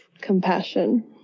Compassion